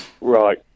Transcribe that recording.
Right